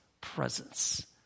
presence